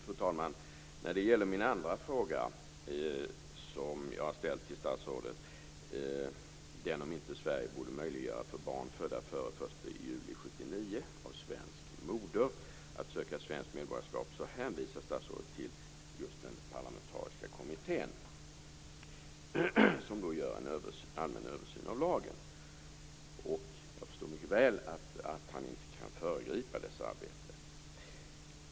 Fru talman! När det gäller min andra fråga till statsrådet, om inte Sverige borde möjliggöra för barn födda före den 1 juli 1979 av svensk moder att söka svenskt medborgarskap, hänvisar statsrådet till den parlamentariska kommitté som nu gör en allmän översyn av lagen. Jag förstår mycket väl att statsrådet inte kan föregripa dess arbete.